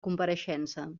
compareixença